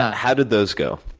how did those go?